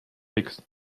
six